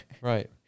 Right